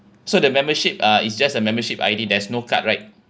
so the membership uh it's just a membership I_D there's no card right